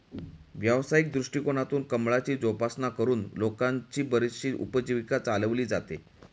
व्यावसायिक दृष्टिकोनातून कमळाची जोपासना करून लोकांची बरीचशी उपजीविका चालवली जाते